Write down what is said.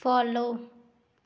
follow